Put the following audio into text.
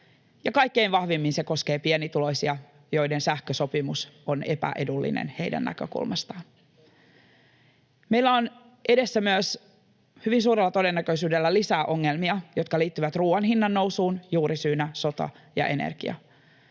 kaikkein vahvimmin se koskee pienituloisia, joiden sähkösopimus on epäedullinen heidän näkökulmastaan. Meillä on edessä hyvin suurella todennäköisyydellä myös lisää ongelmia, jotka liittyvät ruuan hinnannousuun, juurisyinä sota ja energia.